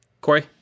Corey